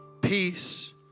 peace